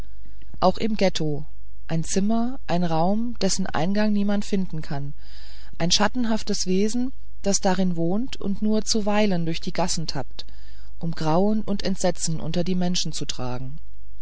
auch im ghetto ein zimmer ein raum dessen eingang niemand finden kann ein schattenhaftes wesen das darin wohnt und nur zuweilen durch die gassen tappt um grauen und entsetzen unter die menschen zu tragen